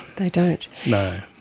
they don't. no.